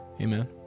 Amen